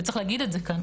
וצריך להגיד את זה כאן,